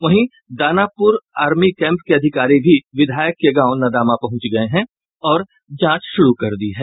वहीं Danapur army camp के अधिकारी भी विधायक के गांव नदामा पहुंच गये हैं और जांच शुरू कर दी है